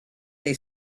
they